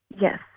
Yes